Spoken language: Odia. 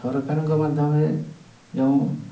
ସରକାରଙ୍କ ମାଧ୍ୟମରେ ଯେଉଁ